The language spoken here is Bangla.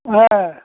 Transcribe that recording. হ্যাঁ